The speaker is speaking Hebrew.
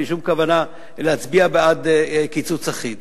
אין לי שום כוונה להצביע בעד קיצוץ אחיד.